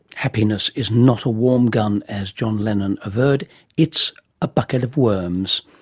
happiness is not a warm gun, as john lennon averted it's a bucket of worms.